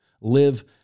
live